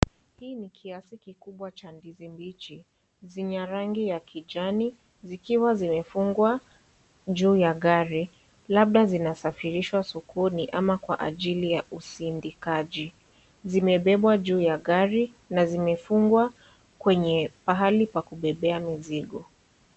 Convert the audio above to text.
Hii ni kiasi kikubwa cha ndizi mbichi zenye rangi ya kijani zikiwa zimefungwa juu ya gari, labda zinasafirishwa sokoni ama kwa ajili ya usindikaji. Zimebebwa juu ya gari na zimefungwa kwenye pahali pa kubebea mzigo.